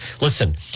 listen